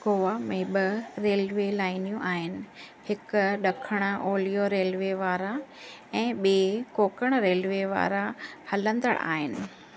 गोवा में ब॒ रेलवे लाइनूं आहिनि हिकु ड॒खण ओलिओ रेलवे वारा ऐं बी॒ कोंकण रेलवे वारां हलंदड़ु आहिनि